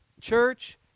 Church